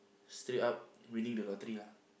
straight up winning the lottery ah